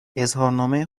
اظهارنامه